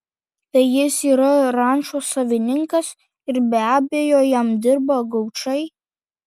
tai jis yra rančos savininkas ir be abejo jam dirba gaučai